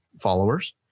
followers